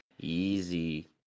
Easy